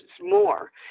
more